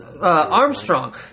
Armstrong